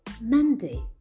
Monday